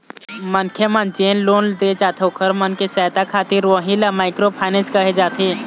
मनखे मन जेन लोन दे जाथे ओखर मन के सहायता खातिर उही ल माइक्रो फायनेंस कहे जाथे